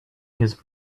his